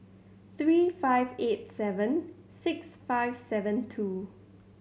three five eight seven six five seven two